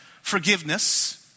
forgiveness